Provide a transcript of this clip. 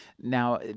Now